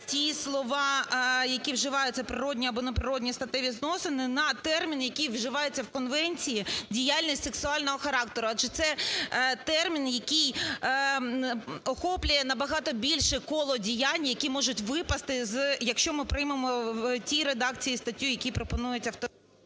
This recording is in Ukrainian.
ті слова, які вживаються "природні або неприродні статеві зносини" на термін, який вживається в конвенції "діяльність сексуального характеру". Адже це термін, який охоплює набагато більше коло діянь, які можуть випасти, якщо ми приймемо в тій редакції і статті, в якій пропонується…